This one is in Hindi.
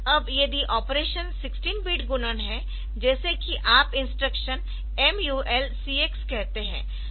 अब यदि ऑपरेशन 16 बिट गुणन है जैसे कि आप इंस्ट्रक्शन MUL CX कहते है